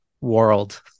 world